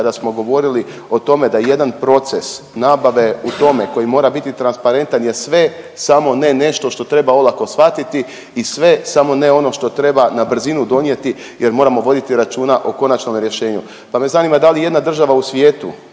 kada smo govorili o tome da jedan proces nabave u tome koji mora biti transparentan je sve samo ne nešto što treba olako shvatiti i sve samo ne ono što treba na brzinu donijeti jer moramo voditi računa o konačnome rješenju, pa me zanima da li ijedna država u svijetu,